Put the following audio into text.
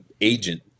agent